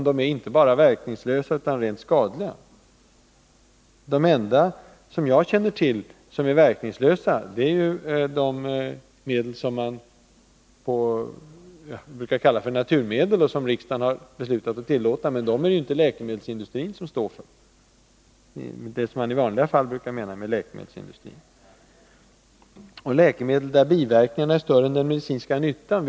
De enda verkningslösa medel jag känner till är de som brukar kallas naturmedel och som riksdagen har beslutat att tillåta, men dessa medel produceras inte av vad man i vanliga fall kallar läkemedelsindustrin. Och vilka är de läkemedel där biverkningarna är större än nyttan?